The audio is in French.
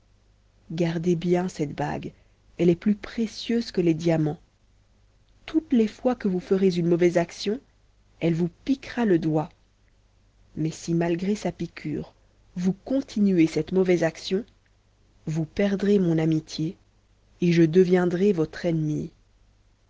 gardez bien cette bague elle est plus précieuse que les diamants toutes les fois que vous ferez une mauvaise action elle vous piquera le doigt mais si malgré sa piqûre vous continuez cette mauvaise action vous perdrez mon amitié et je deviendrai votre ennemie